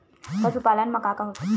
पशुपालन मा का का आथे?